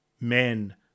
men